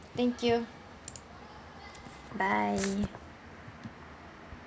thank you bye